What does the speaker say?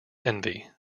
envy